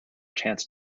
chance